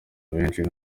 kenshi